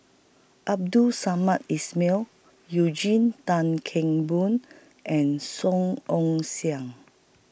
Abdul Samad Ismail Eugene Tan Kheng Boon and Song Ong Siang